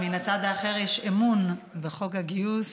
ומן הצד האחר יש אמון בחוק הגיוס,